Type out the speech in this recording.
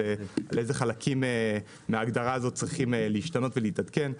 איזה חלקים מההגדרה הזאת צריכים להשתנות ולהתעדכן.